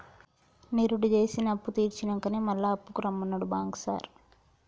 నిరుడు జేసిన అప్పుతీర్సినంకనే మళ్ల అప్పుకు రమ్మన్నడు బాంకు సారు